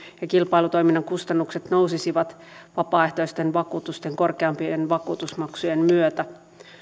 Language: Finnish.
ja kilpailutoiminnan kustannukset nousisivat vapaaehtoisten vakuutusten korkeampien vakuutusmaksujen myötä